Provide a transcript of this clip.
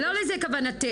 לא לזה כוונתך.